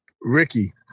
Ricky